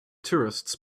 tourists